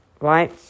right